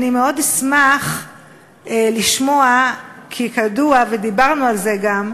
אני מאוד אשמח לשמוע, כי ידוע, ודיברנו על זה גם,